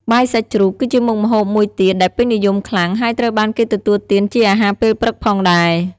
បាយសាច់ជ្រូក គឺជាមុខម្ហូបមួយទៀតដែលពេញនិយមខ្លាំង ហើយត្រូវបានគេទទួលទានជាអាហារពេលព្រឹកផងដែរ។